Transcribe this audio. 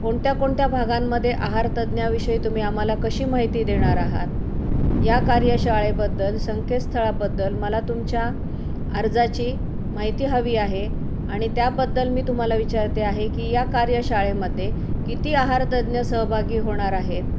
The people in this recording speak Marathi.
कोणत्या कोणत्या भागांमध्ये आहारतज्ज्ञाविषयी तुम्ही आम्हाला कशी माहिती देणार आहात या कार्यशाळेबद्दल संकेतस्थळाबद्दल मला तुमच्या अर्जाची माहिती हवी आहे आणि त्याबद्दल मी तुम्हाला विचारते आहे की या कार्यशाळेमध्ये किती आहारतज्ज्ञ सहभागी होणार आहेत